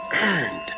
Earned